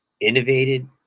innovated